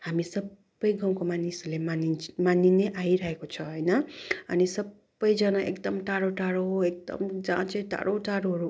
हामी सबै गाउँको मानिसहरूले मानिन्च मानि नै आइरहेको छ होइन अनि सबैजना एकदम टाढो टाढो एकदम जहाँ चाहिँ टाढो टाढोहरू